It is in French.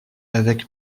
avec